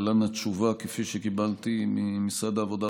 להלן התשובה כפי שקיבלתי ממשרד העבודה,